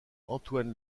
antoine